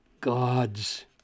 God's